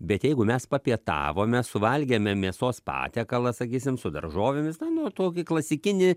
bet jeigu mes papietavome suvalgėme mėsos patiekalą sakysim su daržovėmis tą nu tokį klasikinį